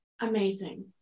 Amazing